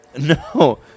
No